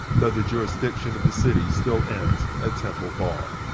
though the jurisdiction of the city still ends at temple bar.